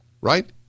Right